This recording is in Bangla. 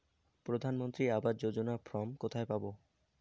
প্রধান মন্ত্রী আবাস যোজনার ফর্ম কোথায় পাব?